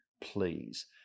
please